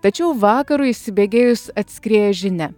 tačiau vakarui įsibėgėjus atskrieja žinia